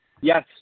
Yes